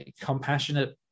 compassionate